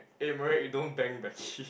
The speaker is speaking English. eh Merek you don't bang the key